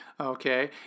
okay